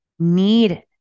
need